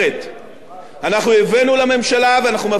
אנחנו הבאנו לממשלה, ואנחנו מביאים היום לכנסת,